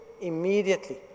Immediately